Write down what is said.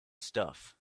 stuff